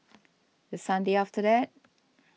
the Sunday after that